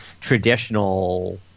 traditional